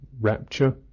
rapture